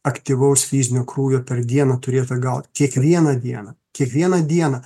aktyvaus fizinio krūvio per dieną turėtų gaut kiekvieną dieną kiekvieną dieną